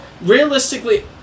Realistically